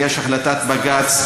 ויש החלטת בג"ץ,